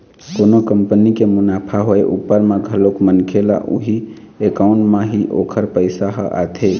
कोनो कंपनी के मुनाफा होय उपर म घलोक मनखे ल उही अकाउंट म ही ओखर पइसा ह आथे